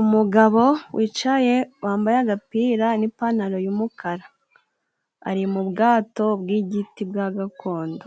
Umugabo wicaye wambaye agapira n'ipantaro y'umukara, ari mu bwato bw'igiti bwa gakondo